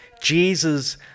Jesus